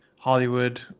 Hollywood